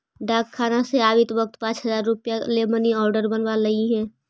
डाकखाना से आवित वक्त पाँच हजार रुपया ले मनी आर्डर बनवा लइहें